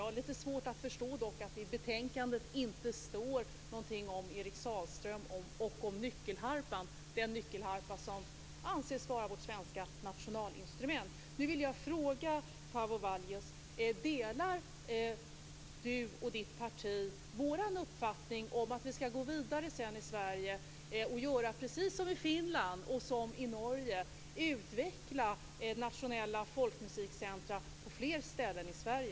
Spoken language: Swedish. Jag har lite svårt att förstå att det inte står någonting i betänkandet om Erik Sahlström och om nyckelharpan, den nyckelharpa som anses vara vårt svenska nationalinstrument. Nu vill jag fråga: Delar Paavo Vallius hans parti vår uppfattning om att vi i Sverige skall gå vidare och göra precis som man har gjort i Finland och i Norge, dvs. utveckla nationella folkmusikcentrum på fler ställen i Sverige?